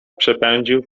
przepędził